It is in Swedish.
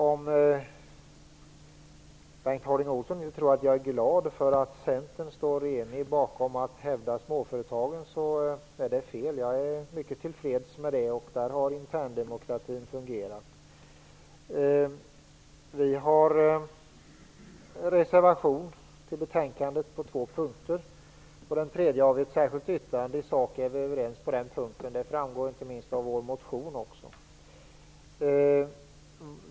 Om Bengt Harding Olson tror att jag inte är glad åt att Centern står enigt för att hävda småföretagen, så är det fel. Jag är mycket tillfreds med det. Interndemokratin har fungerat. Vi har en reservation till betänkandet på två punkter, och på den tredje har vi ett särskilt yttrande. I sak är vi överens på den punkten, vilket inte minst framgår av motion.